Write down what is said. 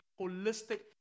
holistic